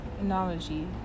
analogy